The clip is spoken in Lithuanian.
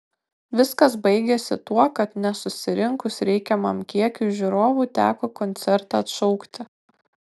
viskas baigėsi tuo kad nesusirinkus reikiamam kiekiui žiūrovų teko koncertą atšaukti